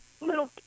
little